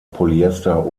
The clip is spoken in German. polyester